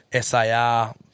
SAR –